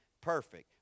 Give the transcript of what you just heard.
perfect